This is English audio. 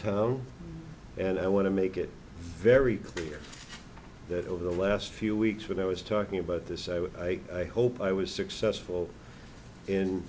of and i want to make it very clear that over the last few weeks when i was talking about this i hope i was successful in